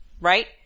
right